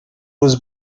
was